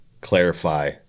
clarify